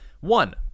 one